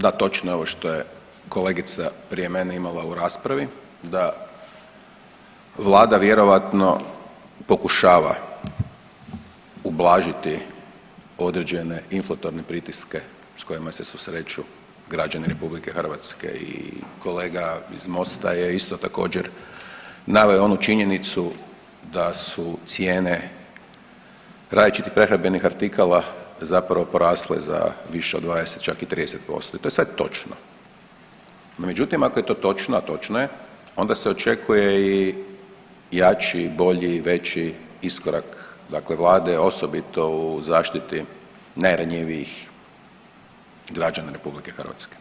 Da, točno je ovo što je kolegica prije mene imala u raspravi da vlada vjerojatno pokušava ublažiti određene inflatorne pritiske s kojima se susreću građani RH i kolega iz Mosta je isto također naveo onu činjenicu da su cijene različitih prehrambenih artikala zapravo porasle za više od 20 čak i 30% i to je sve točno, no međutim ako je to točno, a točno je, onda se očekuje i jači, bolji i veći iskorak dakle vlade, osobito u zaštiti najranjivijih građana RH.